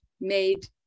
made